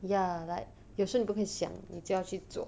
ya like 有时候你不可以想你就要去做